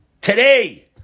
today